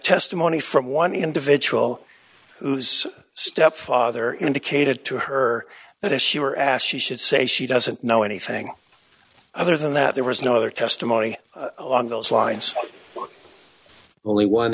testimony from one individual whose stepfather indicated to her that if she were asked she should say she doesn't know anything other than that there was no other testimony along those lines only one